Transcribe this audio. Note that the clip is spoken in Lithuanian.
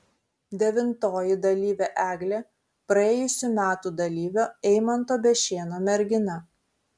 devintoji dalyvė eglė praėjusių metų dalyvio eimanto bešėno mergina